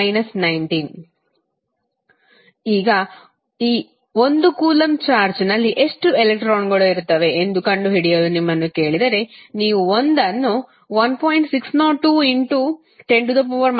60210 19 ಈಗ 1 ಕೂಲಂಬ್ ಚಾರ್ಜ್ನಲ್ಲಿ ಎಷ್ಟು ಎಲೆಕ್ಟ್ರಾನ್ಗಳು ಇರುತ್ತವೆ ಎಂದು ಕಂಡುಹಿಡಿಯಲು ನಿಮ್ಮನ್ನು ಕೇಳಿದರೆ ನೀವು 1 ಅನ್ನು 1